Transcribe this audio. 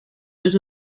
deux